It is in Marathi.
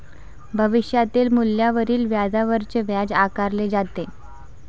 भविष्यातील मूल्यावरील व्याजावरच व्याज आकारले जाते